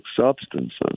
substances